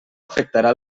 afectarà